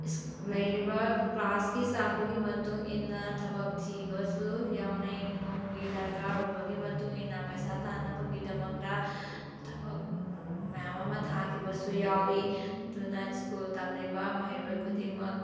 ꯂꯩꯔꯤꯕ ꯀ꯭ꯂꯥꯁꯀꯤ ꯆꯥꯡꯗꯨꯒꯤ ꯃꯇꯨꯡ ꯏꯟꯅ ꯊꯕꯛ ꯊꯤꯕꯁꯨ ꯌꯥꯎꯅꯩ ꯏꯃꯨꯡꯒꯤ ꯗꯔꯀꯥꯔ ꯑꯣꯏꯕꯒꯤ ꯃꯇꯨꯡ ꯏꯟꯅ ꯄꯩꯁꯥ ꯇꯥꯟꯅꯕꯒꯤꯗꯃꯛꯇ ꯊꯕꯛ ꯃꯌꯥꯝ ꯑꯃ ꯊꯥꯈꯤꯕꯁꯨ ꯌꯥꯎꯏ ꯑꯗꯨꯅ ꯁ꯭ꯀꯨꯜ ꯇꯝꯂꯤꯕ ꯃꯍꯩꯔꯣꯏ ꯈꯨꯗꯤꯡꯃꯛ